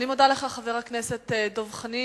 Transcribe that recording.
אני מודה לך, חבר הכנסת דב חנין.